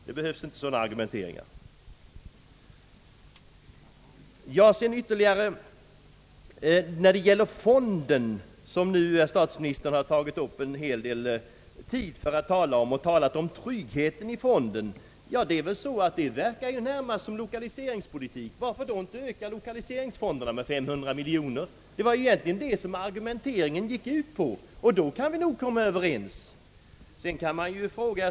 Det behövs inte någon sådan argumentation. Statsministern upptog vidare en hel del tid med att tala om tryggheten i den näringspolitiska fonden. Detta verkar närmast vara en form av lokaliseringspolitik. Varför då inte öka lokaliseringsfonderna med 500 miljoner kronor? Det var egentligen detta som argumente ringen gick ut på, och under sådana förhållanden kan vi nog komma överens.